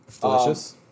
Delicious